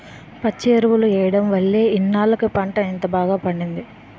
పచ్చి ఎరువు ఎయ్యడం వల్లే ఇన్నాల్లకి పంట ఇంత బాగా పండింది